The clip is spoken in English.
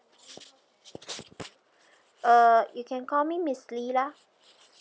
uh you can call me miss lee lah